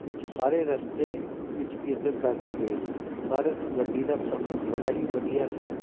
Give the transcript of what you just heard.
ਵਿੱਚ ਸਾਰੇ ਰਸਤੇ ਵਿੱਚ ਕੀਰਤਨ ਕਰਦੇ ਗਏ ਸੀ ਪਰ ਗੱਡੀ ਦਾ ਸਫ਼ਰ ਬੜਾ ਹੀ ਵਧੀਆ ਸੀ